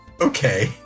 Okay